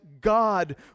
God